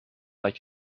like